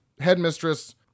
headmistress